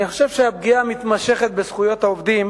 אני חושב שהפגיעה המתמשכת בזכויות העובדים